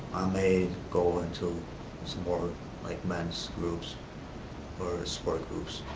may go into some more like mens' groups or support groups